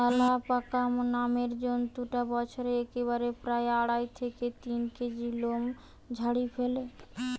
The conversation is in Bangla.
অ্যালাপাকা নামের জন্তুটা বছরে একবারে প্রায় আড়াই থেকে তিন কেজি লোম ঝাড়ি ফ্যালে